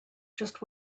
just